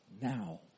now